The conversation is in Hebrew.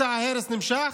מסע ההרס נמשך,